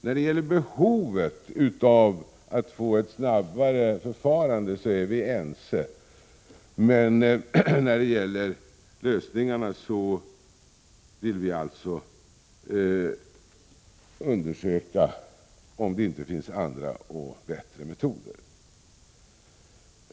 När det gäller behovet av ett snabbare förfarande är vi ense, men när det gäller lösningarna vill vi undersöka om det inte finns andra och bättre metoder.